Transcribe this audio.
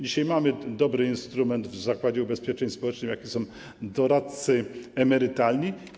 Dzisiaj mamy dobry instrument w Zakładzie Ubezpieczeń Społecznych, jakim są doradcy emerytalni.